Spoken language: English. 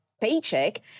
paycheck